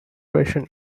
version